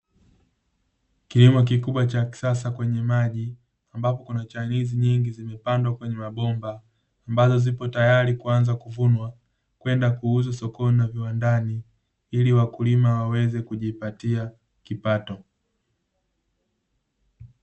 Kilimo kikubwa cha kisasa kwenye maji ambapo kuna chainizi nyingi zimepandwa kwenye mabomba, ambazo zipo tayari kuanza kuvunwa, kwenda kuuzwa sokoni na viwandani ili wakulima waweze kujipatia kipato.